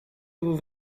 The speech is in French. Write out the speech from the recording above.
vous